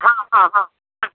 हाँ हाँ हाँ हाँ